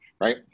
right